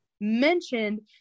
mentioned